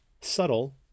subtle